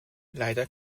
leider